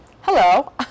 Hello